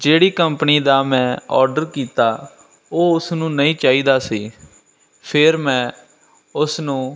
ਜਿਹੜੀ ਕੰਪਨੀ ਦਾ ਮੈਂ ਆਰਡਰ ਕੀਤਾ ਉਹ ਉਸ ਨੂੰ ਨਹੀਂ ਚਾਹੀਦਾ ਸੀ ਫਿਰ ਮੈਂ ਉਸ ਨੂੰ